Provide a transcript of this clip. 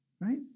right